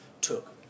took